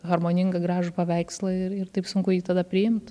harmoningą gražų paveikslą ir ir taip sunku jį tada priimt